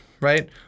right